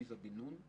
עליזה בן נון,